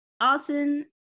Austin